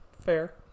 fair